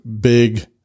big